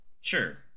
Sure